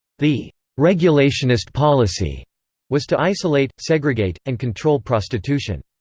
the regulationist policy was to isolate, segregate, and control prostitution.